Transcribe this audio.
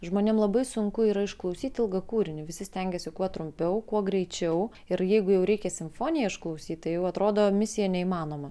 žmonėm labai sunku yra išklausyti ilgą kūrinį visi stengiasi kuo trumpiau kuo greičiau ir jeigu jau reikia simfoniją išklausyti tai jau atrodo misija neįmanoma